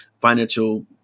financial